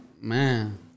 Man